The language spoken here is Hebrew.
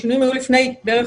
השינויים היו בערך לפני חודשיים.